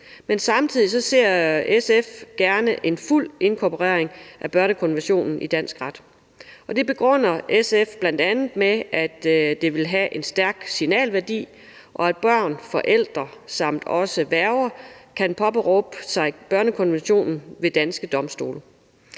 Men samtidig ser SF gerne en fuld inkorporering af børnekonventionen i dansk ret. Og det begrunder SF bl.a. med, at det vil have en stærk signalværdi, og at børn, forældre samt værger kan påberåbe sig børnekonventionen ved danske domstole.